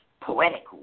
poetic